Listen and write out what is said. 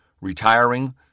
retiring